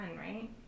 right